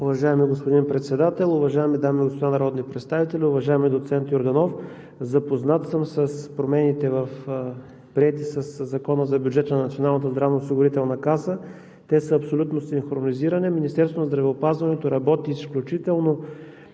Уважаеми господин Председател, уважаеми дами и господа народни представители! Уважаеми доцент Йорданов, запознат съм с промените, приети със Закона за бюджета на Националната здравноосигурителна каса, те са абсолютно синхронизирани. Министерството на здравеопазването работи изключително